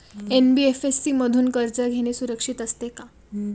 NBFC मधून कर्ज घेणे सुरक्षित असते का?